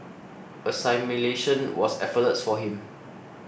assimilation was effortless for him